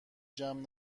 جمع